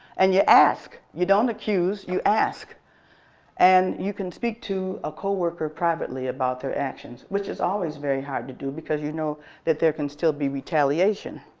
and you ask you don't accuse. you ask and you can speak to a co-worker privately about their actions, which is always very hard to do because you know that there can still be retaliation.